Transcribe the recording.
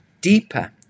deeper